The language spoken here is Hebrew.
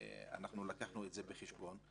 הבאנו את זה בחשבון,